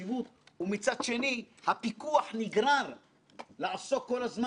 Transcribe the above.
שאין שיטה שעליה אתה יכול לומר שהיא השיטה הטובה ביותר.